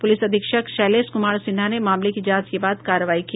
police अधीक्षक शैलेश कुमार सिन्हा ने मामले की जांच के बाद कार्रवाई की